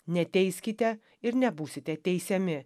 neteiskite ir nebūsite teisiami